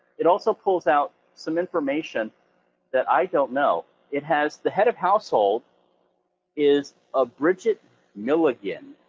it also pulls out some information that i don't know. it has the head of household is a bridget milligan,